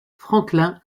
franklin